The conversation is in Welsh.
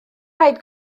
rhaid